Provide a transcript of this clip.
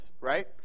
right